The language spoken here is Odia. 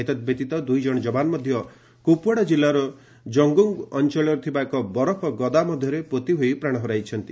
ଏତଦବ୍ୟତୀତ ଦୁଇ ଜଣ ଯବାନ ମଧ୍ୟ କୁପଓ୍ୱାଡା ଜିଲ୍ଲାର ଜଙ୍ଗୁଙ୍ଗ୍ ଅଞ୍ଚଳରେ ଥିବା ଏକ ବରଫଗଦା ମଧ୍ୟରେ ପୋତି ହୋଇ ପ୍ରାଣ ହରାଇଛନ୍ତି